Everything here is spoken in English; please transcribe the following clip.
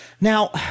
Now